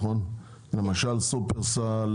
כמו שופרסל,